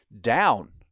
down